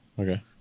Okay